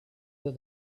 that